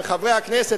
חברי הכנסת,